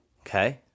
Okay